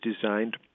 designed